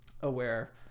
aware